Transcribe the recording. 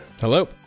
hello